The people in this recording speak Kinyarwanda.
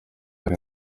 hari